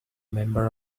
member